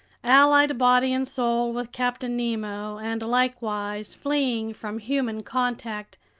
allied body and soul with captain nemo and likewise fleeing from human contact,